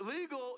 legal